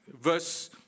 verse